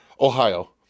Ohio